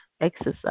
exercise